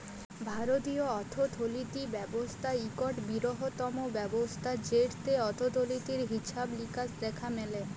ভারতীয় অথ্থলিতি ব্যবস্থা ইকট বিরহত্তম ব্যবস্থা যেটতে অথ্থলিতির হিছাব লিকাস দ্যাখা ম্যালে